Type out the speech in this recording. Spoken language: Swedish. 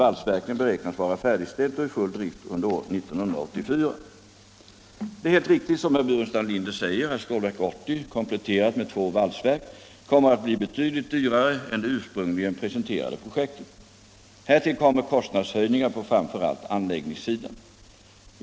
valsverken beräknas vara färdigställt och i full drift under år 1984. Det är helt riktigt, som herr Burenstam Linder säger, att Stålverk 80 kompletterat med två valsverk kommer att bli betydligt dyrare än det ursprungligen presenterade projektet. Härtill kommer kostnadshöjningar på framför allt anläggningssidan.